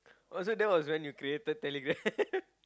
or so that was when you created Telegram